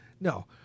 No